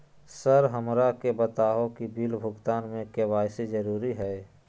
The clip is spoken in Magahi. सर हमरा के बताओ कि बिल भुगतान में के.वाई.सी जरूरी हाई?